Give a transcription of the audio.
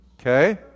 Okay